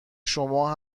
شما